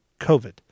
COVID